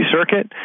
Circuit